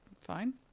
fine